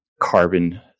carbon